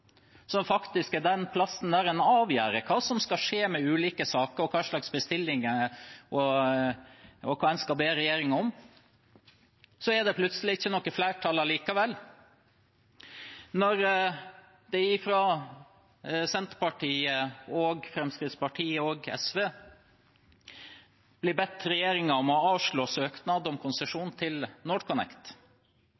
som er den plassen der en avgjør hva som skal skje med ulike saker, hva slags bestillinger en har, og hva en skal be regjeringen om, er det plutselig ikke noe flertall allikevel. Når Senterpartiet og Fremskrittspartiet ber regjeringen om å avslå søknaden om konsesjon fra NorthConnect, ligger ikke det forslaget an til å